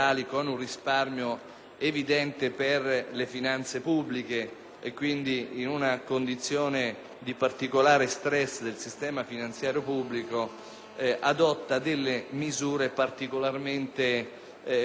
e, quindi, in una condizione di particolare stress del sistema finanziario pubblico adotta delle misure particolarmente utili all'economia del nostro Paese, ma, soprattutto - ripeto - sarà